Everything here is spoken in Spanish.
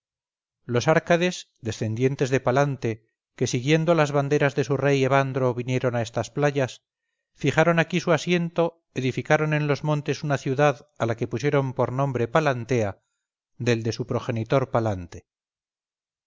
los árcades descendientes de palante que siguiendo las banderas de su rey evandro vinieron a estas playas fijaron aquí su asiento edificaron en los montes una ciudad a la que pusieron por nombre palantea del de su progenitor palante